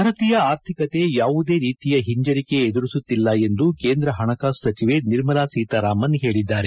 ಭಾರತೀಯ ಆರ್ಥಿಕತೆ ಯಾವುದೇ ರೀತಿಯ ಹಿಂಜರಿಕೆ ಎದುರಿಸುತ್ತಿಲ್ಲ ಎಂದು ಕೇಂದ್ರ ಹಣಕಾಸು ಸಚಿವೆ ನಿರ್ಮಲಾ ಸೀತಾರಾಮನ್ ಹೇಳಿದ್ದಾರೆ